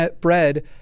bread